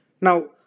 now